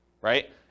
right